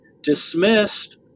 dismissed